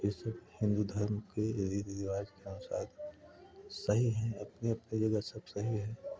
ये सब हिन्दू धर्म के रीति रिवाज के अनुसार सही हैं अपने अपने जगह सब सही हैं